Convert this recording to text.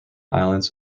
islands